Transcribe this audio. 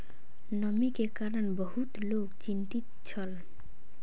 नमी के कारण बहुत लोक चिंतित छल